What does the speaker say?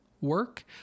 work